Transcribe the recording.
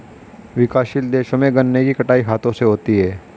विकासशील देशों में गन्ने की कटाई हाथों से होती है